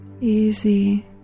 easy